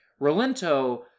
Rolento